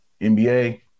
NBA